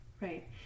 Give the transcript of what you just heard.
right